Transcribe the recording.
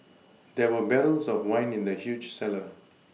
there were barrels of wine in the huge cellar